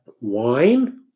wine